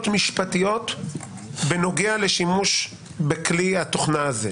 משפטיות בנוגע לשימוש בכלי התוכנה הזה.